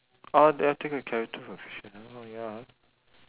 the I think the character was fictional ya